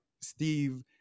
Steve